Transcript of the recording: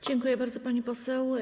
Dziękuję bardzo, pani poseł.